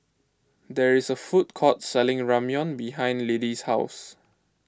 there is a food court selling Ramyeon behind Lidie's house